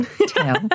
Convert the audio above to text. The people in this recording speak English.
Tell